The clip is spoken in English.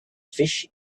fish